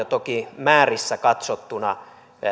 toki määrissä katsottuna